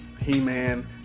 He-Man